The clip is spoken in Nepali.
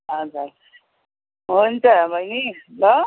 हजुर हुन्छ बहिनी ल